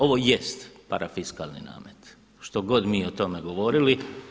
Ovo jest parafiskalni namet što god mi o tome govorili.